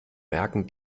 merken